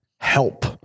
help